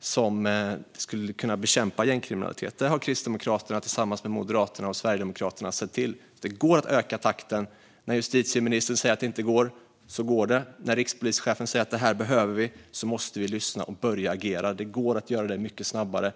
som skulle kunna bekämpa gängkriminalitet. Det har Kristdemokraterna tillsammans med Moderaterna och Sverigedemokraterna sett till. Det går att öka takten. Justitieministern säger att det inte går, men det går. När rikspolischefen säger att man behöver detta måste vi lyssna och börja agera. Det går att göra det mycket snabbare.